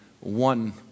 one